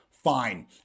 fine